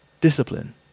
discipline